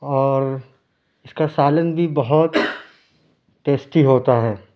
اور اِس کا سالن بھی بہت ٹیسٹی ہوتا ہے